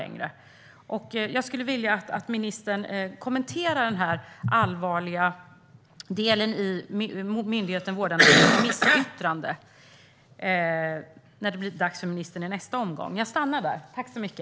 Jag vill att ministern i sitt nästa anförande kommenterar denna allvarliga del i myndigheten Vårdanalys remissyttrande.